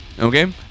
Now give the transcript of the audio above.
Okay